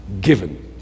given